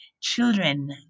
children